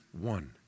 one